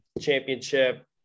championship